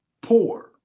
poor